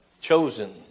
Chosen